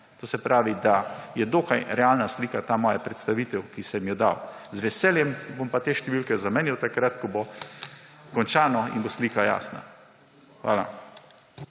To se pravi, da je dokaj realna slika ta moja predstavitev, ki sem jo dal. Z veseljem bom pa te številke zamenjal takrat, ko bo končano in bo slika jasna. Hvala.